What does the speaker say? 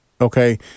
okay